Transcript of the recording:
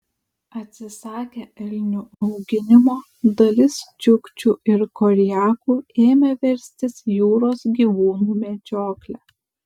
atsisakę elnių auginimo dalis čiukčių ir koriakų ėmė verstis jūros gyvūnų medžiokle